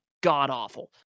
god-awful